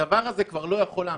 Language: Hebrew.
הדבר הזה כבר לא יכול להמשיך.